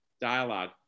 dialogue